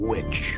Witch